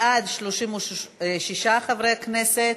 בעד, 36 חברי כנסת,